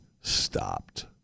stopped